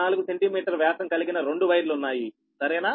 4 centimetre వ్యాసం కలిగిన 2 వైర్లు ఉన్నాయి సరేనా